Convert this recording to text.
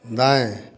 दाएँ